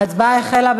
ההצבעה החלה.